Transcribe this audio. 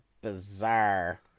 bizarre